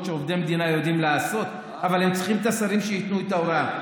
שעובדי המדינה יודעים לעשות אבל הם צריכים את השרים שייתנו את ההוראה.